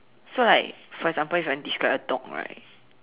so like for example if you want to describe a dog right